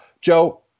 Joe